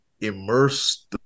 immerse